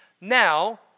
Now